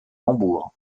hambourg